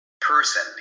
person